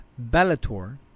Bellator